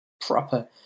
proper